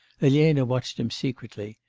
elena watched him secretly.